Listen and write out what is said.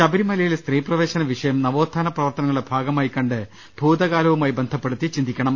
ശബരിമലയിലെ സ്ത്രീ പ്രവേശന വിഷയം നവോത്ഥാന പ്രവർത്തനങ്ങളുടെ ഭാഗമായി കണ്ട് ഭൂതകാലവുമായി ബന്ധപ്പെടുത്തി ചിന്തിക്കണം